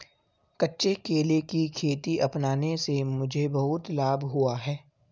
कच्चे केले की खेती अपनाने से मुझे बहुत लाभ हुआ है